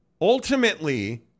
ultimately